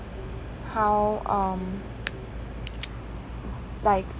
how um like